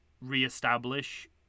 reestablish